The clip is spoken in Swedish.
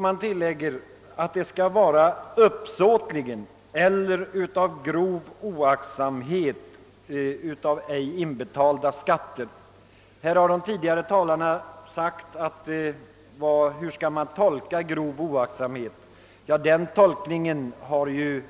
Man till lägger också att underlåtenheten att redovisa skattemedel skall vara uppsåtlig eller föranledd av grov oaktsamhet. De föregående talarna har frågat hur man skall tolka begreppet »grov oaktsamhet».